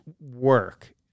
work